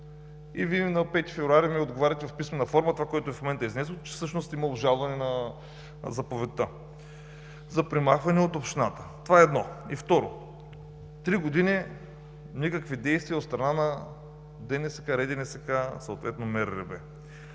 и Вие на 5 февруари ми отговаряте в писмена форма това, което в момента изнесох, че всъщност има обжалване на заповедта за премахване от общината. Това е едно. Второ, три години никакви действия от страна на Дирекция за национален строителен